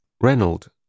Reynold